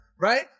right